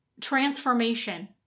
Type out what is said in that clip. transformation